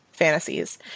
Fantasies